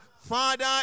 Father